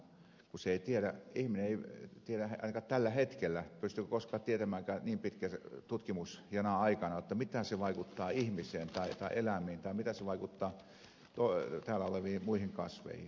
ihminen ei tiedä ainakaan tällä hetkellä pystyykö koskaan tietämäänkään niin pitkänä tutkimusjana aikana mitä se vaikuttaa ihmiseen tai eläimiin tai mitä se vaikuttaa täällä oleviin muihin kasveihin